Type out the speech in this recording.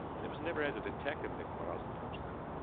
and it was never as a detective that quarles approached them.